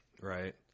Right